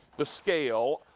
the scale,